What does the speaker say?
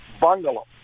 bungalow